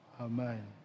Amen